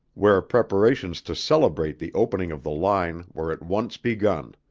where preparations to celebrate the opening of the line were at once begun.